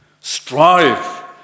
Strive